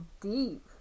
deep